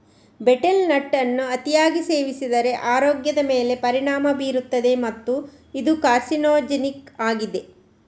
betel nut ಅನ್ನು ಅತಿಯಾಗಿ ಸೇವಿಸಿದರೆ ಆರೋಗ್ಯದ ಮೇಲೆ ಪರಿಣಾಮ ಬೀರುತ್ತದೆ ಮತ್ತು ಇದು ಕಾರ್ಸಿನೋಜೆನಿಕ್ ಆಗಿದೆ